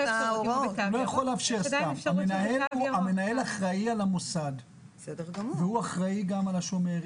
המנהל אחראי על המוסד והוא אחראי גם על השומר.